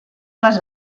les